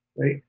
right